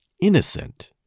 innocent